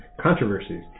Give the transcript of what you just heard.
controversies